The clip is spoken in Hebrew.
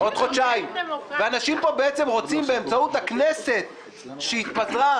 באמצעות הכנסת שהתפטרה,